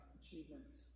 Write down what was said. achievements